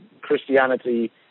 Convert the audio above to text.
Christianity